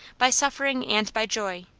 by suffering and by joy.